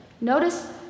Notice